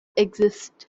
exist